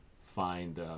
find